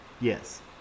yes